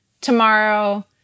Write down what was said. tomorrow